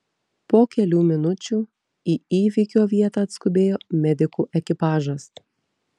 po kelių minučių į įvykio vietą atskubėjo medikų ekipažas